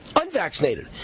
unvaccinated